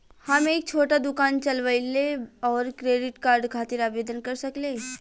हम एक छोटा दुकान चलवइले और क्रेडिट कार्ड खातिर आवेदन कर सकिले?